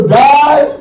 die